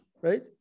Right